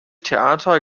theater